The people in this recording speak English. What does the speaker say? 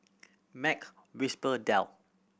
Mac Whisper Dell